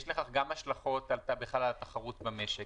יש לכך גם השלכות בכלל על התחרות במשק,